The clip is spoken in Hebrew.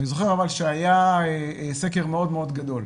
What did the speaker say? אני זוכר אבל שהיה סקר מאוד גדול.